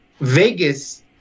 Vegas